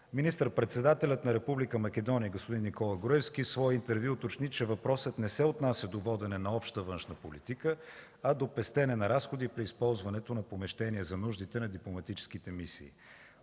Министър-председателят на Република Македония господин Никола Груевски в свое интервю уточни, че въпросът не се отнася до водене на обща външна политика, а до пестене на разходи при използването на помещения за нуждите на дипломатическите мисии.